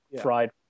fried